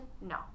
No